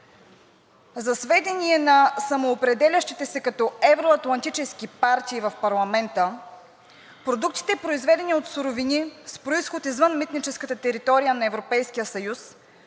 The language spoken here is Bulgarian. За сведение на самоопределящите се като евроатлантически партии в парламента, продуктите, произведени от суровини с произход извън митническата територия на Европейския съюз,